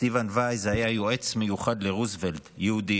סטיבן וייז היה יועץ מיוחד לרוזוולט, יהודי